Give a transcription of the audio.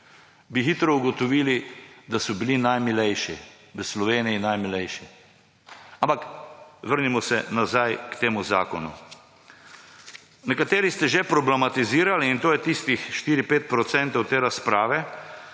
bi hitro ugotovili, da so bili v Sloveniji najmilejši. Ampak vrnimo se nazaj k temu zakonu. Nekateri ste že problematizirali, in to je tistih 4, 5 procentov